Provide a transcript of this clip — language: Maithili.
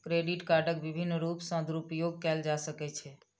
क्रेडिट कार्डक विभिन्न रूप सॅ दुरूपयोग कयल जा सकै छै